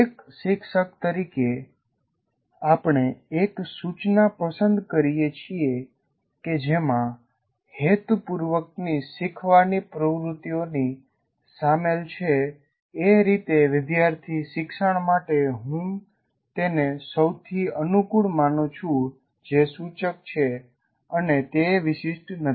એક શિક્ષક તરીકે આપણે એક સૂચના પસંદ કરીએ છીએ કે જેમાં હેતુપૂર્વકની શીખવાની પ્રવૃત્તિઓની સામેલ છે એ રીતે વિદ્યાર્થી શિક્ષણ માટે હું તેને સૌથી અનુકૂળ માનું છું જે સૂચક છે અને તે વિશિષ્ટ નથી